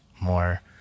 more